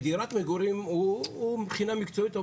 בדירת מגורים הוא מבחינה מקצועית הוא